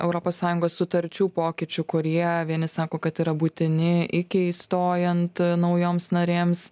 europos sąjungos sutarčių pokyčių kurie vieni sako kad yra būtini iki įstojant naujoms narėms